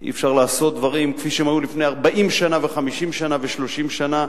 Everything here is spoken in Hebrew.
אי-אפשר לעשות דברים כפי שהם היו לפני 40 שנה ו-50 שנה ו-30 שנה,